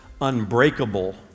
unbreakable